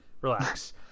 relax